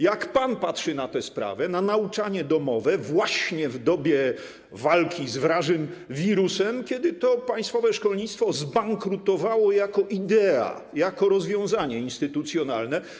Jak pan patrzy na tę sprawę, na nauczanie domowe właśnie w dobie walki z wrażym wirusem, kiedy to państwowe szkolnictwo zbankrutowało jako idea, jako rozwiązanie instytucjonalne?